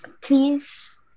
Please